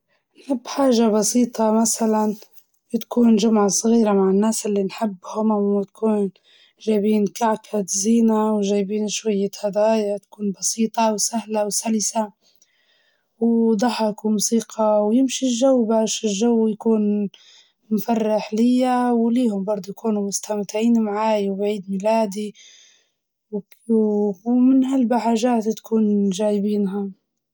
ما نؤمن فيها، بس نعرف ناس يؤمنوا فيها بسبب القصص اللي سمعوها، و التجارب الشخصية، الناس اللي ما يؤمنوا فيها عادة بيكونوا واقعيين أكتر، يعني ما يصدقوا إلا الشيء اللي يشوفوه بعيونهم أو يثبت علميا.